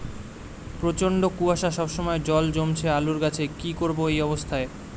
প্রচন্ড কুয়াশা সবসময় জল জমছে আলুর গাছে কি করব এই অবস্থায়?